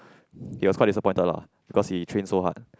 he was quite disappointed lah because he train so hard